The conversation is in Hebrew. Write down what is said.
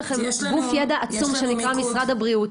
יש לכם גוף ידע עצום שנקרא משרד הבריאות,